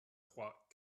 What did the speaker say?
trois